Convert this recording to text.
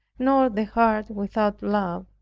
nor the heart without love.